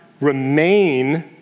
remain